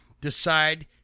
decide